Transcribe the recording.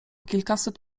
kilkaset